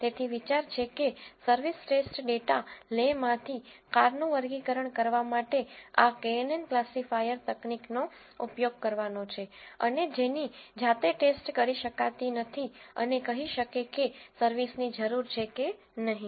તેથી વિચાર એ છે કે સર્વિસ ટેસ્ટ ડેટા લે માંથી કારનું વર્ગીકરણ કરવા માટે આ knn ક્લસિફાયર તકનીકનો ઉપયોગ કરવાનો છે અને જેની જાતે ટેસ્ટ કરી શકાતી નથી અને કહી શકે કે સર્વિસની જરૂર છે કે નહીં